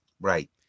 Right